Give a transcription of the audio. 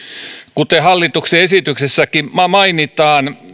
kuten hallituksen esityksessäkin mainitaan